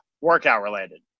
workout-related